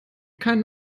keinen